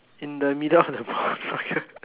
in the middle of the